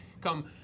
come